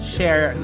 Share